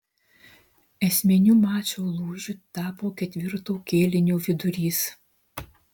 esminiu mačo lūžiu tapo ketvirto kėlinio vidurys